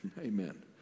Amen